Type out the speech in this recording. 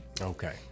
Okay